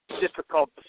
difficult